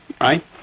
right